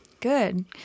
good